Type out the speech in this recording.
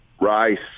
Rice